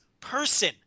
person